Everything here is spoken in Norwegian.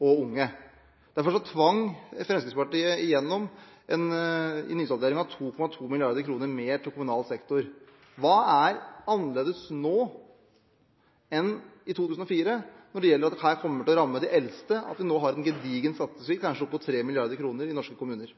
og unge. Derfor tvang Fremskrittspartiet igjennom i nysalderingen 2,2 mrd. kr mer til kommunal sektor. Hva er annerledes nå i forhold til i 2004? Det kommer til å ramme de eldste at vi nå har en gedigen skattesvikt på kanskje opp mot 3 mrd. kr i norske kommuner.